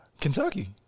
Kentucky